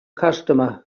customer